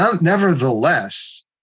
nevertheless